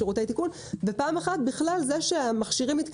החוק יאפשר למישהו להיות מבוטח,